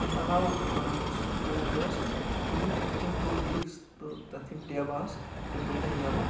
امہِ علاوٕ یُس بوٗٹھ اوس وِدن وِدن ٹوٗ ویٖکٕس تہٕ تتھ یِم ٹَیبہٕ آسہٕ تِم گٔے تَتھ یَلہٕ